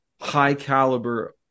high-caliber